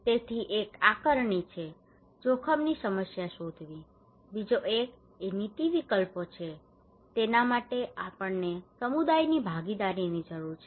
તેથી એક આકારણી છે જોખમની સમસ્યા શોધવી બીજો એક એ નીતિ વિકલ્પો છે તેના માટે આપણને સમુદાયની ભાગીદારીની જરૂર છે